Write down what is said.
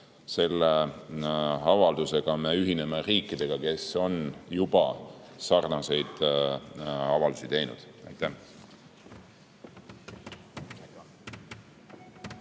Selle avaldusega me ühineme riikidega, kes on juba sarnaseid avaldusi teinud. Aitäh!